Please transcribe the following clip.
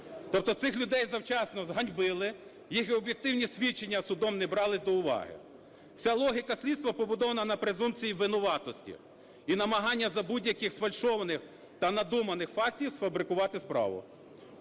Тобто цих людей завчасно зганьбили, їх об'єктивні свідчення судом не брались до уваги. Вся логіка слідства побудована на презумпції винуватості і намагання за будь-яких сфальшованих та надуманих фактів сфабрикувати справу.